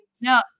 No